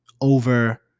over